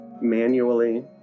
manually